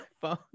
phone